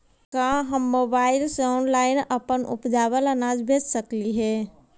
का हम मोबाईल से ऑनलाइन अपन उपजावल अनाज बेच सकली हे?